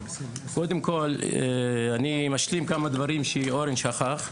אני משלים כמה דברים שאורן שכח.